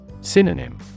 Synonym